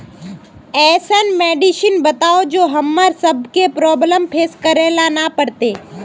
ऐसन मेडिसिन बताओ जो हम्मर सबके प्रॉब्लम फेस करे ला ना पड़ते?